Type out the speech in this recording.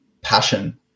passion